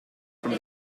from